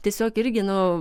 tiesiog irgi nu